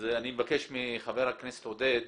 אני מבקש מחבר הכנסת עודד